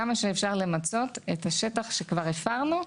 כמה שאפשר למצות את השטח שכבר הפרנו,